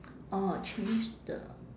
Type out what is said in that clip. orh change the